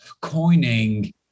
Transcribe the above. coining